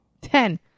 Ten